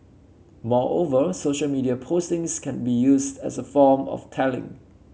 moreover social media postings can be used as a form of tallying